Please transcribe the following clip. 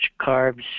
carbs